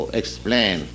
explain